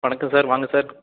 வணக்கம் சார் வாங்க சார்